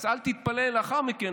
אז אל תתפלא לאחר מכן,